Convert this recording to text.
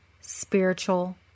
spiritual